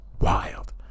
wild